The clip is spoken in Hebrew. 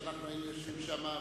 שאנחנו היינו יושבים שם,